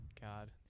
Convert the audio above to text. God